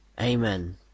Amen